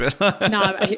No